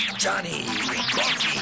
Johnny